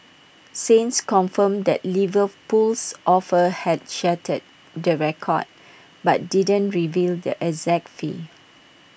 saints confirmed that Liverpool's offer had shattered the record but didn't reveal the exact fee